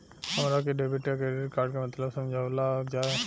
हमरा के डेबिट या क्रेडिट कार्ड के मतलब समझावल जाय?